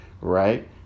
right